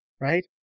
right